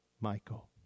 Michael